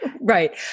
Right